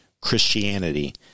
Christianity